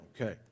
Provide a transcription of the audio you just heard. Okay